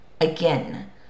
Again